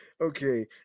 Okay